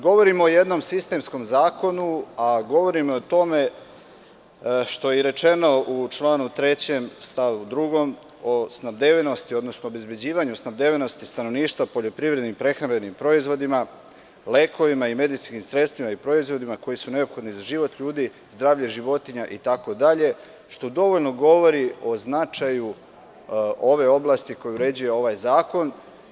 Govorim o jednom sistemskom zakonu, a govorim i o tome što je rečeno u članu 3. stav 2. o snabdevenosti, odnosno obezbeđivanju snabdevenosti stanovništva poljoprivrednim i prehrambenim proizvodima, lekovima i medicinskim sredstvima i proizvodima koji su neophodni za život ljudi, zdravlje životinja itd, što dovoljno govori o značaju ove oblasti koju uređuje ovaj zakon.